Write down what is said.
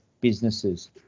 businesses